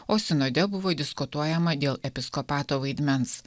o sinode buvo diskutuojama dėl episkopato vaidmens